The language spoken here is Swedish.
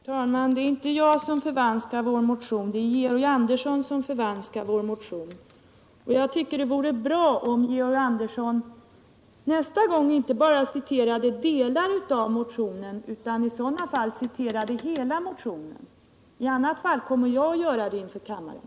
Herr talman! Det är inte jag som förvanskar vår motion utan Gcorg Andersson. Det vore bra om Georg Andersson nästa gång inte bara citerade delar av motionen utan hela motionen. I annat fall kommer jag att göra det inför kammaren.